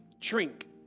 drink